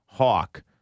hawk